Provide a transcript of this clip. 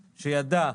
שידע,